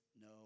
no